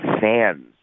fans